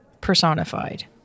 personified